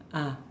ah